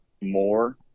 more